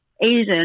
Asian